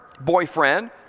boyfriend